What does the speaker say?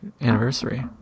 anniversary